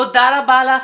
תודה רבה לך.